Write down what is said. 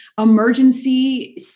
emergency